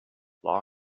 law